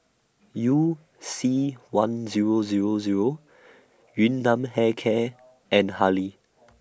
YOU C one Zero Zero Zero Yun Nam Hair Care and Hurley